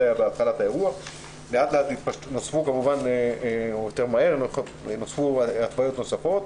לאט-לאט נוספו כמובן התוויות נוספות.